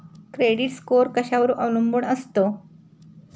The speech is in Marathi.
क्रेडिट स्कोअर कशावर अवलंबून असतो?